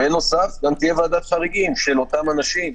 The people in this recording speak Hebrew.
בנוסף, גם תהיה ועדת חריגים של אותם אנשים,